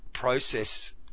Process